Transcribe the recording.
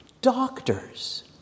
doctors